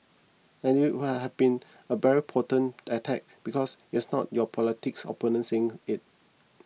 and it would have been a very potent attack because yes not your political opponent saying it